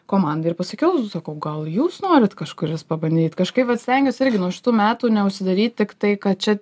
komandai ir pasakiau sakau gal jūs norit kažkuris pabandyt kažkaip vat stengiuos irgi nuo šitų metų neužsidaryt tiktai kad čia